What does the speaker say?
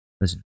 listen